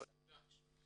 תודה.